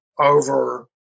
over